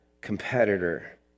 competitor